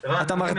אתם היום אוכפים?